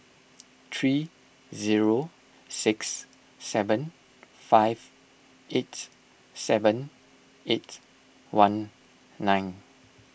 three zero six seven five eight seven eight one nine